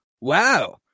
wow